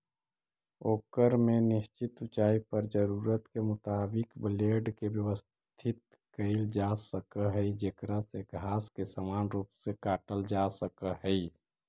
ओकर में निश्चित ऊँचाई पर जरूरत के मुताबिक ब्लेड के व्यवस्थित कईल जासक हई जेकरा से घास के समान रूप से काटल जा सक हई